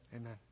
Amen